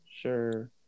sure